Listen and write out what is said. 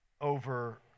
over